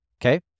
Okay